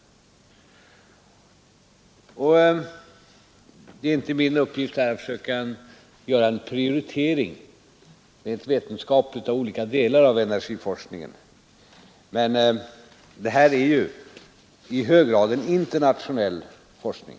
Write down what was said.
Det är inte min uppgift att försöka göra en vetenskaplig prioritering av olika delar av energiforskningen, men det här är i hög grad en internationell forskning.